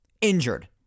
injured